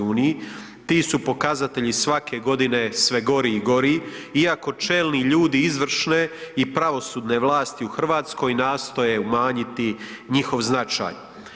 Ti su pokazatelji svake godine sve gori i gori, iako čelni ljudi izvršne i pravosudne vlasti u Hrvatskoj nastoje umanjiti njihov značaj.